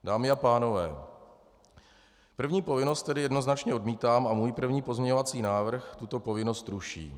Dámy a pánové, první povinnost tedy jednoznačně odmítám a můj první pozměňovací návrh tuto povinnost ruší.